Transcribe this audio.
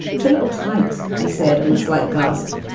it's a little tight. i said and the slight gasp.